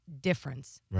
difference